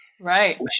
Right